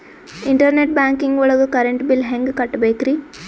Internet banking ಒಳಗ್ current bill ಹೆಂಗ್ ಕಟ್ಟ್ ಬೇಕ್ರಿ?